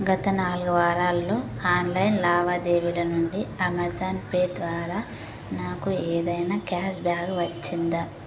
గత నాలుగు వారాల్లో ఆన్లైన్ లావాదేవీల నుండి అమెజాన్ పే ద్వారా నాకు ఏదైనా క్యాష్బ్యాక్ వచ్చిందా